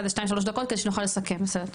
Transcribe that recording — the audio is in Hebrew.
איזה שתיים שלוש דקות כדי שנוכל לסכם בסדר,